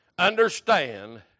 Understand